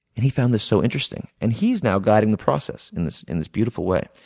and he found this so interesting and he's now guiding the process in this in this beautiful way.